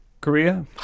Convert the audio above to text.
Korea